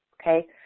Okay